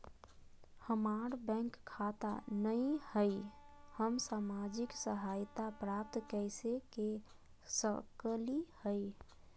हमार बैंक खाता नई हई, हम सामाजिक सहायता प्राप्त कैसे के सकली हई?